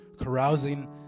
carousing